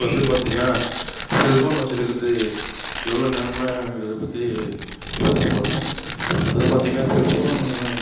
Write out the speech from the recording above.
இப்போ வந்து பார்த்திங்கன்னா செல்ஃபோன் வச்சுருக்கிறது எவ்வளோ நன்மைங்கிறத பற்றி பேசப்போகிறேன் அதாவது பார்த்திங்கன்னா செல்ஃபோன்